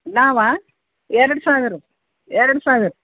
ನಾವಾ ಎರಡು ಸಾವಿರ ಎರಡು ಸಾವಿರ